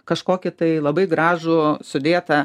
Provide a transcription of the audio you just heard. kažkokį tai labai gražų sudėtą